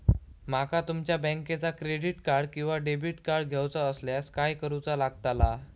माका तुमच्या बँकेचा क्रेडिट कार्ड किंवा डेबिट कार्ड घेऊचा असल्यास काय करूचा लागताला?